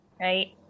right